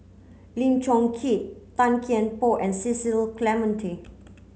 Lim Chong Keat Tan Kian Por and Cecil Clementi